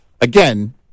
again